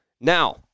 Now